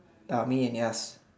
ah me and Yaz